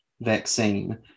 vaccine